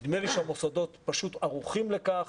נדמה לי שהמוסדות פשוט ערוכים לכך,